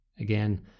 again